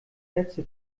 netze